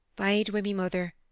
bide wi' me, mither,